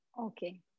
Okay